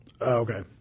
Okay